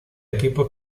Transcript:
equipo